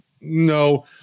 no